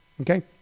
Okay